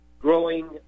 growing